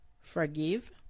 Forgive